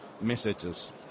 messages